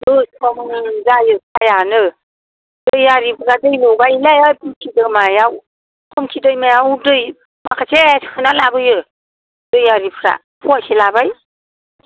गोसोम जायो साहायानो दैयारिफोरा दै लगायोलै खुनथि दैमायाव खुनथि दैमायाव दै माखासे सोना लाबोयो दैयारिफ्रा फवासे लाबाय